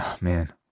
man